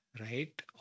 Right